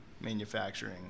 manufacturing